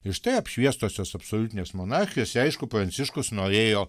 ir štai apšviestosios absoliutinės monarchijos ir aišku pranciškus norėjo